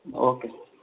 okay